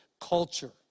Culture